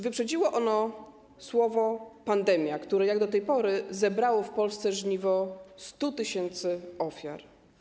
Wyprzedziło ono słowo „pandemia”, która jak do tej pory zebrała w Polsce żniwo 100 tys. ofiar.